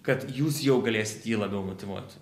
kad jūs jau galėsit jį labiau motyvuoti